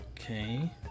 Okay